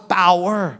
power